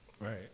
Right